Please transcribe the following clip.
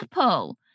Apple